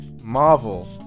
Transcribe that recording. Marvel